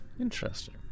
Interesting